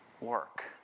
work